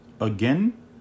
again